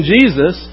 Jesus